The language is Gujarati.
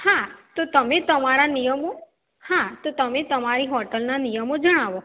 હા તો તમે તમારા નિયમો હા તો તમે તમારી હોટલના નિયમો જણાવો